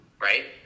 right